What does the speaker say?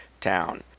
town